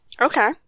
Okay